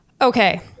okay